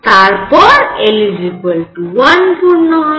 তারপর l 1 পূর্ণ হবে